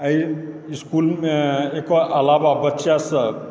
एहि इसकुलमे एकरअलावा बच्चासभ